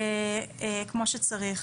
כמו שצריך.